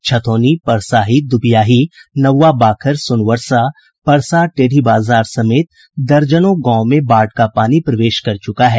छतौनी परसाही दुबियाही नउआ बाखर सोनबर्षा परसा टेढ़ी बाजार समेत दर्जनों में गांव में बाढ़ का पानी प्रवेश कर चुका है